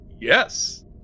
yes